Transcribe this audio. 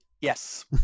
Yes